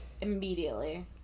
Immediately